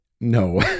No